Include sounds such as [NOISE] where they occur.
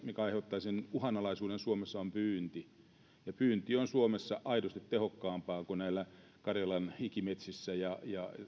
[UNINTELLIGIBLE] mikä aiheuttaa sen uhanalaisuuden suomessa on pyynti ja pyynti on suomessa aidosti tehokkaampaa kuin karjalan ikimetsissä ja ja